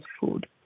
food